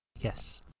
Yes